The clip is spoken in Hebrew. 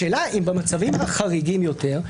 השאלה אם במצבים החריגים יותר,